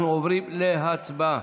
אנחנו עוברים להצבעה.